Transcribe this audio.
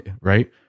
right